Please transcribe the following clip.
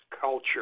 culture